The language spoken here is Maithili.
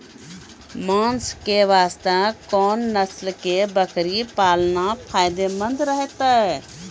मांस के वास्ते कोंन नस्ल के बकरी पालना फायदे मंद रहतै?